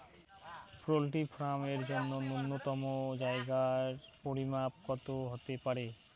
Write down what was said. Poultry farm এর জন্য নূন্যতম জায়গার পরিমাপ কত হতে পারে?